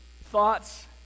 thoughts